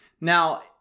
Now